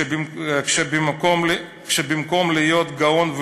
כשבמקום להיות גאון,